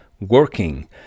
working